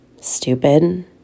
stupid